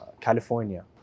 California